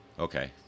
Okay